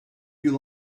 you